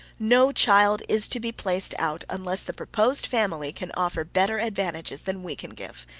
no child is to be placed out unless the proposed family can offer better advantages than we can give.